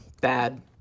bad